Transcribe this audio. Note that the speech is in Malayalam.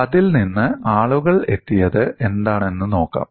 അതിൽ നിന്ന് ആളുകൾ എത്തിയത് എന്താണെന്ന് നോക്കാം